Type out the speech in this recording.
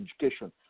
Education